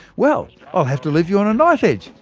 well, i'll have to leave you on a knife-edge,